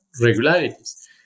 regularities